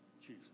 Jesus